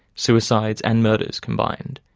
suicides and murders combined.